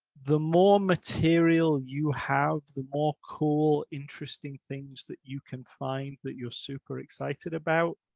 the more material you have, the more cool, interesting things that you can find that you're super excited about,